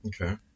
Okay